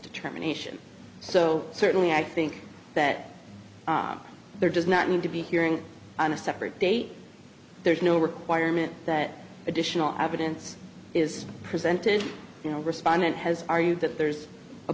determination so certainly i think that there does not need to be hearing on a separate date there is no requirement that additional evidence is presented you know respondent has argued that there's a